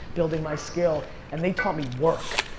building my skill. and they taught me work.